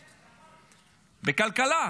בכלכלה?